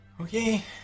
Okay